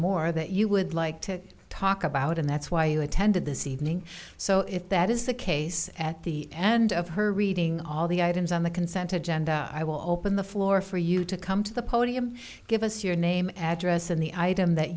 more that you would like to talk about and that's why you attended this evening so if that is the case at the end of her reading all the items on the consent agenda i will open the floor for you to come to the podium give us your name address and the item that